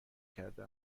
کرده